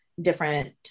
different